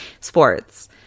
sports